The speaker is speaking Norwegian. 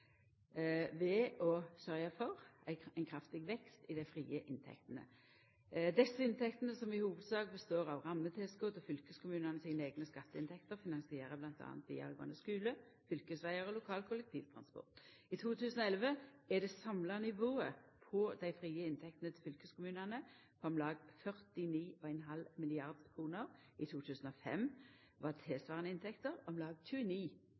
sørgja for ein kraftig vekst i dei frie inntektene. Desse inntektene, som i hovudsak består av rammetilskot og fylkeskommunanes eigne skatteinntekter, finansierer bl.a. vidaregåande skule, fylkesvegar og lokal kollektivtransport. I 2011 er det samla nivået på dei frie inntektene til fylkeskommunane på om lag 49,5 mrd. kr. I 2005 var tilsvarande inntekter om lag 29 mrd. kr. Sjølv om ein